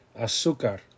Azúcar